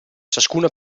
ciascuna